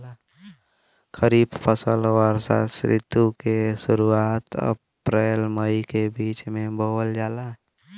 खरीफ फसल वषोॅ ऋतु के शुरुआत, अपृल मई के बीच में बोवल जाला